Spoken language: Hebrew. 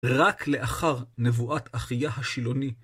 רק לאחר נבואת אחיה השילוני.